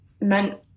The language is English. meant